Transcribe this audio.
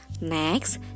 next